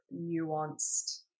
nuanced